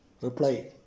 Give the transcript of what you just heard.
reply